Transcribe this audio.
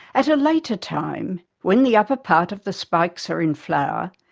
at a later time, when the upper part of the spikes are in flower,